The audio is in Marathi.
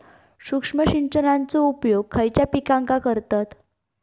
सूक्ष्म सिंचनाचो उपयोग खयच्या पिकांका करतत?